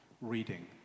reading